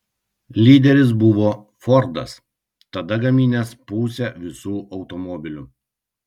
lyderis buvo fordas tada gaminęs pusę visų automobilių